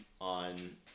on